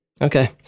Okay